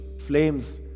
flames